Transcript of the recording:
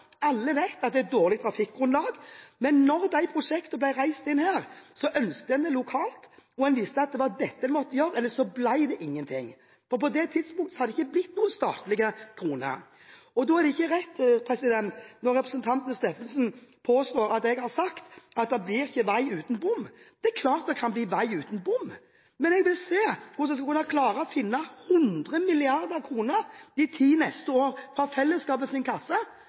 Alle vet at det er dårlig trafikkgrunnlag, men da disse prosjektene kom inn her, ønsket man dem lokalt, og man visste at det var dette en måtte gjøre – ellers ble det ingen ting. For på det tidspunkt hadde det ikke blitt noen statlige kroner. Da er det ikke rett når representanten Steffensen påstår at jeg har sagt at det ikke blir vei uten bom. Det er klart det kan bli vei uten bom, men jeg vil se hvordan man de ti neste år skal kunne klare å finne 100